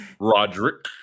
Roderick